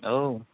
औ